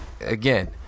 again